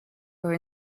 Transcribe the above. were